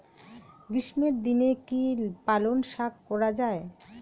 গ্রীষ্মের দিনে কি পালন শাখ করা য়ায়?